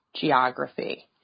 geography